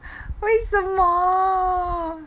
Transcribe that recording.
为什么